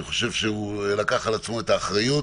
אני חושב שהוא לקח על עצמו את האחריות